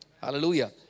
Hallelujah